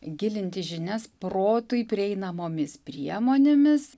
gilinti žinias protui prieinamomis priemonėmis